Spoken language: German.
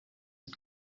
ist